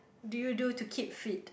do you do to keep fit